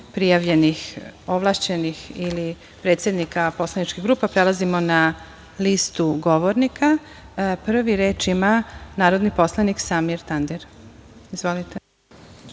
prijavljenih ovlašćenih predsednika poslaničkih grupa, prelazimo na listu govornika. Prvi reč ima narodni poslanik Samir Tandir. Izvolite.